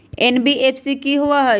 NBFC कि होअ हई?